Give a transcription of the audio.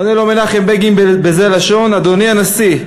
עונה לו מנחם בגין בזו הלשון: אדוני הנשיא,